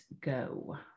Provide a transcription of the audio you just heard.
go